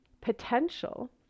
potential